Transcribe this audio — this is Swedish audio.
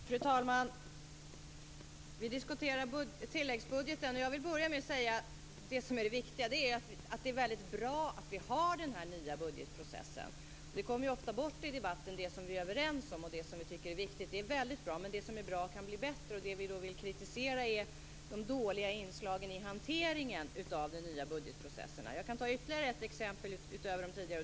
Fru talman! Vi diskuterar tilläggsbudgeten. Jag vill börja med att säga det som är det viktiga, nämligen att det är bra att vi har den här nya budgetprocessen. Det som vi är överens om och det som vi tycker är viktigt kommer ofta bort i debatten. Det som är bra kan bli bättre. Det vi vill kritisera är de dåliga inslagen i hanteringen av de nya budgetprocesserna. Jag kan ta ett exempel utöver de tidigare.